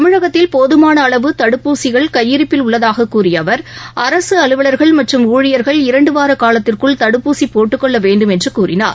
தமிழகத்தில் போதுமான அளவு தடுப்பூசிகள் கையிருப்பில் உள்ளதாக கூறிய அவர் அரசு அலுவலர்கள் மற்றும் ஊழியர்கள் இரண்டு வாரக் காலத்திற்குள் தடுப்பூசி போட்டுக்கொள்ள வேண்டும் என்று கூறினார்